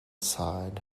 sighed